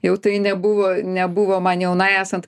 jau tai nebuvo nebuvo man jaunai esant